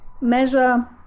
measure